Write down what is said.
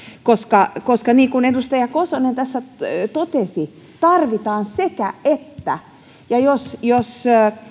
koska koska niin kuin edustaja kosonen tässä totesi tarvitaan sekä että ja jos jos